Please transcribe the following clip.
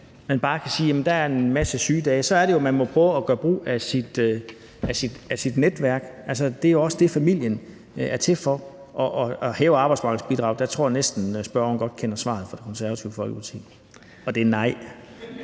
man bare kan sige: Jamen der er en masse sygedage. Så er det jo, man må prøve at gøre brug af sit netværk. Det er også det, familien er til for. Og med hensyn til at hæve arbejdsmarkedsbidraget, tror jeg næsten godt spørgeren kender svaret fra Det Konservative Folkeparti – og det er nej!